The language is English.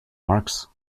marks